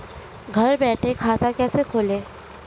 घर बैठे खाता कैसे खोलें?